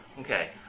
Okay